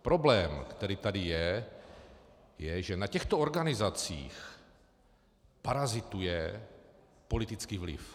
Problém, který tady je, je, že na těchto organizacích parazituje politický vliv.